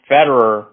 Federer